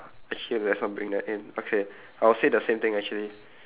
actually let's not bring that in okay I will say the same thing actually